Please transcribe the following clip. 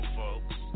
folks